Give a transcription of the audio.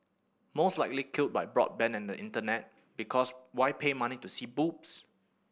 most likely killed by broadband and the Internet because why pay money to see boobs